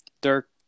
Dirk